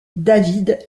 david